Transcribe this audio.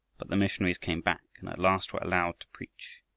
but the missionaries came back, and at last were allowed to preach.